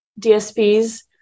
dsps